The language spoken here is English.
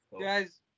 Guys